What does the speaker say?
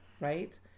Right